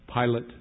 Pilate